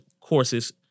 courses